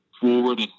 forward